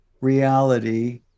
reality